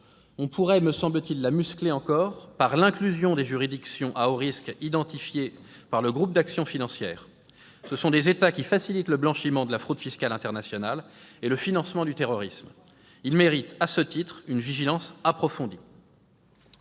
On pourrait la muscler encore par l'insertion des juridictions à haut risque identifiées par le Groupe d'action financière, le GAFI. Ce sont des États qui facilitent le blanchiment de la fraude fiscale internationale et le financement du terrorisme. Ils méritent, à ce titre, une vigilance approfondie.